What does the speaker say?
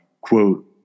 Quote